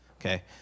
Okay